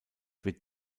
wird